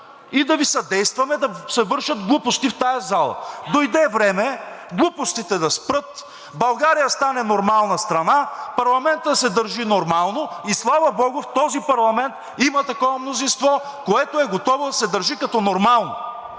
и да Ви съдействаме да се вършат глупости в тази зала. Дойде време глупостите да спрат, България да стане нормална страна, парламентът да се държи нормално, и слава Богу, в този парламент има такова мнозинство, което е готово да се държи като нормално.